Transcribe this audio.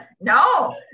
No